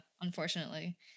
unfortunately